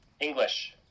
English